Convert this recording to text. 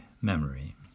memory